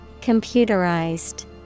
Computerized